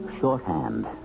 shorthand